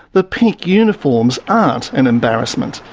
the pink uniforms aren't an embarrassment.